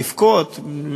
לבכות,